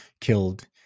killed